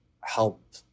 help